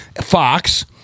Fox